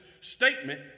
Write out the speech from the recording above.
statement